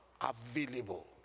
available